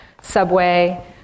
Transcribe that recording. Subway